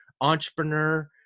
entrepreneur